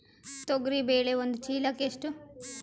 ತೊಗರಿ ಬೇಳೆ ಒಂದು ಚೀಲಕ ಎಷ್ಟು?